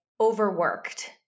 overworked